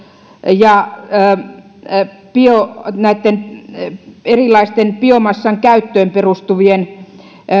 ja erilaisten biomassaan käyttöön perustuvien